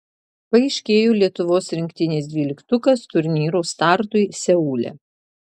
paaiškėjo lietuvos rinktinės dvyliktukas turnyro startui seule